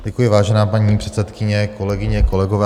Děkuji vážená paní předsedkyně, kolegyně kolegové.